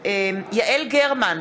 יעל גרמן,